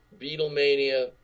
Beatlemania